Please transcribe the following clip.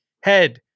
Head